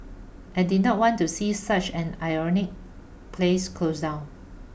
I did not want to see such an iconic place close down